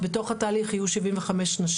יהיו שבעים וחמש נשים.